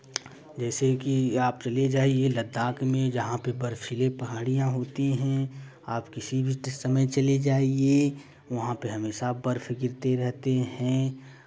जैसे कि आप चले जाइए लद्दाख में जहाँ पे बर्फीली पहाड़ियाँ होती हैं आप किसी भी समय चले जाइये वहाँ पे हमेशा बर्फ गिरते रहते हैं